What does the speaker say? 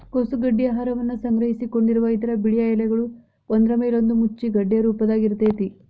ಕೋಸು ಗಡ್ಡಿ ಆಹಾರವನ್ನ ಸಂಗ್ರಹಿಸಿಕೊಂಡಿರುವ ಇದರ ಬಿಳಿಯ ಎಲೆಗಳು ಒಂದ್ರಮೇಲೊಂದು ಮುಚ್ಚಿ ಗೆಡ್ಡೆಯ ರೂಪದಾಗ ಇರ್ತೇತಿ